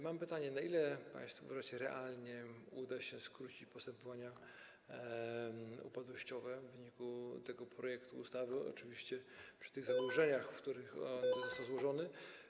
Mam pytanie: O ile, jak państwo uważacie, realnie uda się skrócić postępowania upadłościowe w wyniku przyjęcia tego projektu ustawy, oczywiście przy tych założeniach, przy których on został złożony?